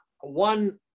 one